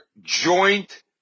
joint